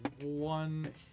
one